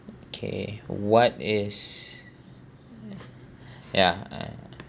okay what is ya